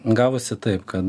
gavosi taip kad